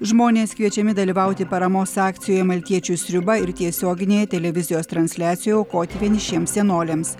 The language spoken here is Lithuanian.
žmonės kviečiami dalyvauti paramos akcijoje maltiečių sriuba ir tiesioginėje televizijos transliacijoj aukoti vienišiems senoliams